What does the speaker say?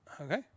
Okay